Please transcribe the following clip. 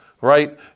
right